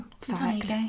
fantastic